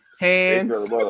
Hands